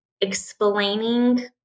explaining